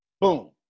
Boom